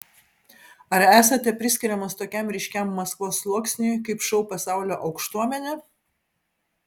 ar esate priskiriamas tokiam ryškiam maskvos sluoksniui kaip šou pasaulio aukštuomenė